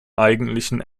eigentlichen